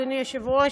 אדוני היושב-ראש,